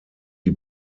die